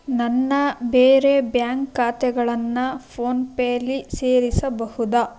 ನನ್ನ ಬೇರೆ ಬ್ಯಾಂಕ್ ಖಾತೆಗಳನ್ನು ಫೋನ್ಪೇಯಲ್ಲಿ ಸೇರಿಸಬಹುದಾ